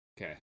Okay